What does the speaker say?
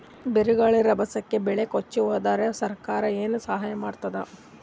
ಬಿರುಗಾಳಿ ರಭಸಕ್ಕೆ ಬೆಳೆ ಕೊಚ್ಚಿಹೋದರ ಸರಕಾರ ಏನು ಸಹಾಯ ಮಾಡತ್ತದ?